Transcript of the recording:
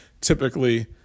typically –